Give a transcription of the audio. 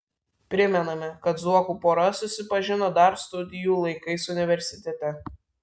primename kad zuokų pora susipažino dar studijų laikais universitete